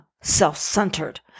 self-centered